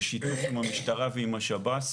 בשיתוף עם המשטרה ועם השב"ס,